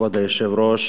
כבוד היושב-ראש,